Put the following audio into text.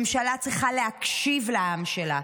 ממשלה צריכה להקשיב לעם שלה,